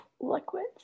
liquids